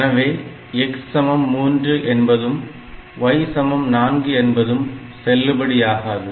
எனவே x சமம் 3 என்பதும் y சமம் 4 என்பதும் செல்லுபடியாகாது